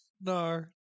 No